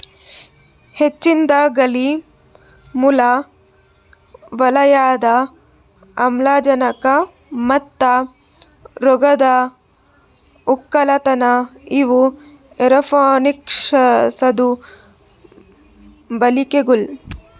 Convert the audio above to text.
ಹೆಚ್ಚಿಂದ್ ಗಾಳಿ, ಮೂಲ ವಲಯದ ಆಮ್ಲಜನಕ ಮತ್ತ ರೋಗದ್ ಒಕ್ಕಲತನ ಇವು ಏರೋಪೋನಿಕ್ಸದು ಬಳಿಕೆಗೊಳ್